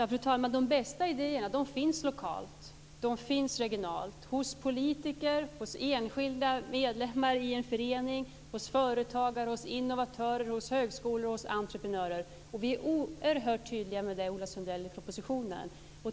Fru talman! De bästa idéerna finns lokalt och regionalt - hos politiker, hos enskilda, hos medlemmar i föreningar, hos företagare, hos innovatörer, hos högskolor och hos entreprenörer. Vi är oerhört tydliga med det, Ola Sundell, i propositionen.